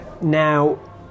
Now